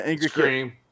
scream